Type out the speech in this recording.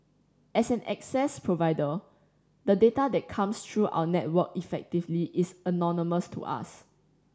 as an access provider the data that comes through our network effectively is anonymous to us